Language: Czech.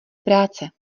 práce